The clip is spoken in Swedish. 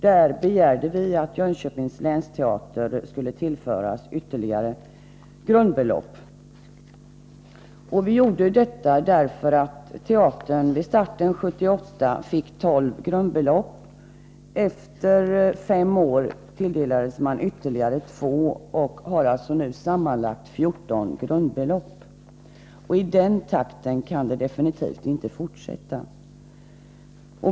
Där begärde vi att Jönköpings länsteater skulle tillföras ytterligare grundbelopp. Vi gjorde detta därför att teatern vid starten 1978 fick 12 grundbelopp. Efter fem år tilldelades man ytterligare 2 grundbelopp och har nu sammanlagt 14 grundbelopp. I den takten kan det definitivt inte fortsätta.